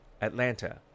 Atlanta